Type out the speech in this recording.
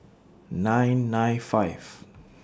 nine nine five